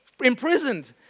imprisoned